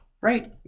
right